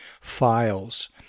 files